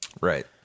Right